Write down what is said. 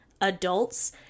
adults